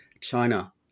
China